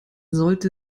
sollte